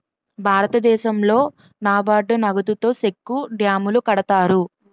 భారతదేశంలో నాబార్డు నగదుతో సెక్కు డ్యాములు కడతారు